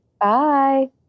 Bye